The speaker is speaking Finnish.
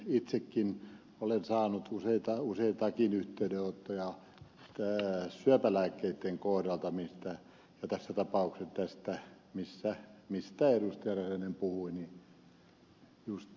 itsekin olen saanut useitakin yhteydenottoja syöpälääkkeitten kohdalta ja just tällaisten tapausten kohdalta mistä ed